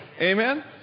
Amen